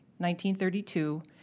1932